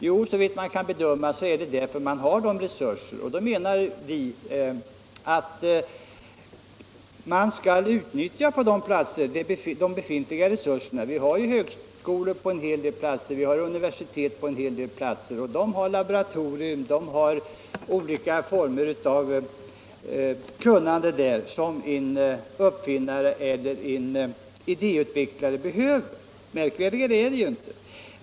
Ja, såvitt man kan bedöma är det därför att det finns resurser - och då menar vi att man skall utnyttja de befintliga resurserna på olika platser. Vi har högskolor och universitet på en hel del platser. De har laboratorier och olika former av kunnande, som en uppfinnare eller en idéutvecklare behöver. Märkvärdigare är det inte.